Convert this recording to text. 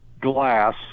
glass